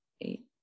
eight